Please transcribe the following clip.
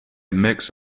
mix